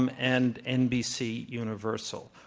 um and nbc universal.